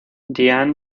diane